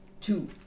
Two